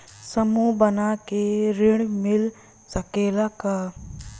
समूह बना के ऋण मिल सकेला का?